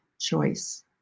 choice